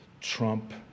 Trump